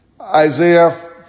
Isaiah